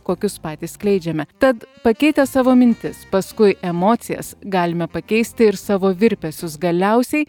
kokius patys skleidžiame tad pakeitę savo mintis paskui emocijas galime pakeisti ir savo virpesius galiausiai